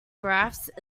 graphs